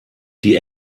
die